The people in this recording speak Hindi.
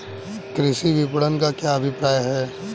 कृषि विपणन का क्या अभिप्राय है?